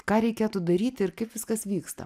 ką reikėtų daryti ir kaip viskas vyksta